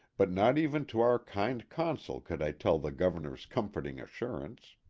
but not even to our kind consul could i tell the governor's comforting assurance.